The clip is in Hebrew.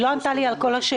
היא לא ענתה לי על כל השאלות.